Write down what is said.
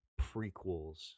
prequels